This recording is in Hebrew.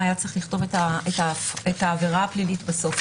היה צריך לכתוב את העבירה הפלילית בסוף.